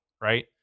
right